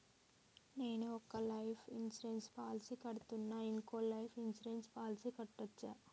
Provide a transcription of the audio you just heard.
నేను ఒక life insurance policy కడ్తున్నా, ఇంకో లైఫ్ ఇన్సూరెన్స్ పాలసీ కట్టొచ్చా?